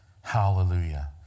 Hallelujah